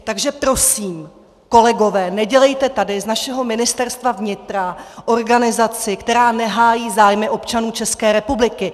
Takže prosím, kolegové, nedělejte tady z našeho Ministerstva vnitra organizaci, která nehájí zájmy občanů České republiky.